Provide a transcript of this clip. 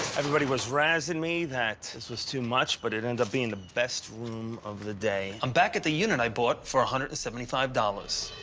everybody was razzing me that this was too much, but it ended up being the best room of the day. i'm back at the unit i bought for one hundred and seventy five dollars.